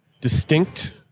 distinct